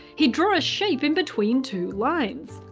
he'd draw a shape in between two lines.